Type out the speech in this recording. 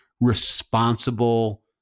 responsible